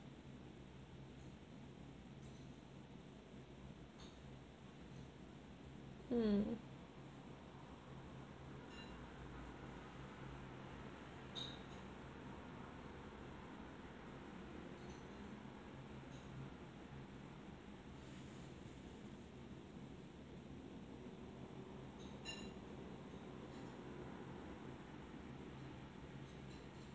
mm